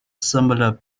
similar